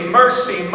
mercy